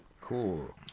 Cool